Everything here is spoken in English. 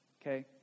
Okay